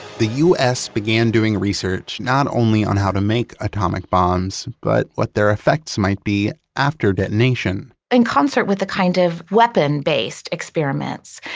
the u s. began doing research not only on how to make atomic bombs, but what their effects might be after detonation in concert with the kind of weapon-based experiments,